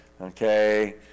okay